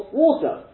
water